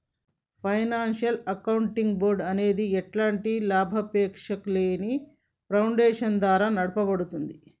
financial accounting board అనేది ఎలాంటి లాభాపేక్షలేని ఫౌండేషన్ ద్వారా నడపబడుద్ది